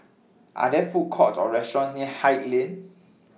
Are There Food Courts Or restaurants near Haig Lane